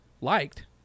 Liked